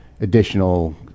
additional